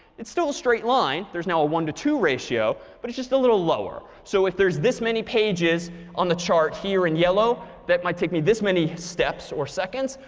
it's still straight line. there's now a one to two ratio, but just a little lower. so if there's this many pages on the chart here in yellow, that might take me this many steps or seconds,